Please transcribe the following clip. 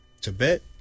Tibet